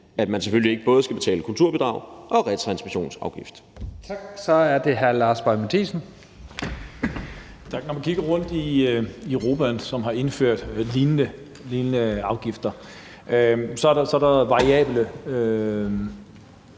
at man selvfølgelig ikke både skal betale kulturbidrag og retransmissionsafgift.